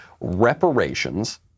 reparations